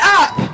up